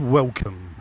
welcome